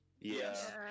Yes